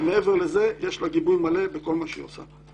ומעבר לזה יש לה גיבוי מלא בכל מה שהיא עושה.